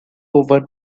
over